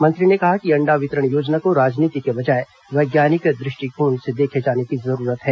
मंत्री ने कहा कि अण्डा वितरण योजना को राजनीति के बजाए वैज्ञानिक दृष्टिकोण से देखे जाने की जरूरत है